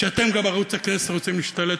שאתם גם על ערוץ הכנסת רוצים להשתלט,